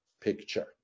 picture